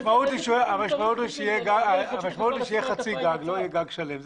המשמעות היא שיהיה חצי גג, לא יהיה גג שלם.